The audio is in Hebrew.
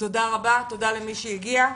תודה רבה, תודה למי שהגיע.